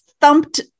thumped